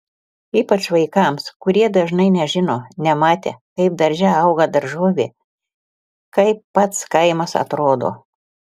ypač vaikams kurie dažnai nežino nematę kaip darže auga daržovė kaip pats kaimas atrodo